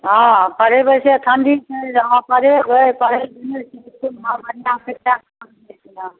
हँ पढ़ेबै से ठंडी छै हँ पढ़ेबै पढ़ेबै बढ़िआँसँ